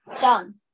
done